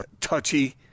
touchy